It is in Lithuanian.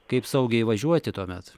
kaip saugiai važiuoti tuomet